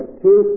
two